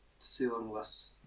Ceilingless